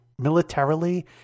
Militarily